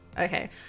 Okay